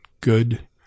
good